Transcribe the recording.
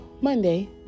Monday